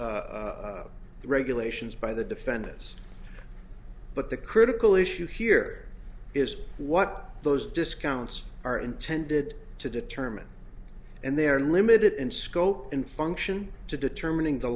regulations by the defendants but the critical issue here is what those discounts are intended to determine and they are limited in scope and function to determining the